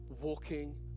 walking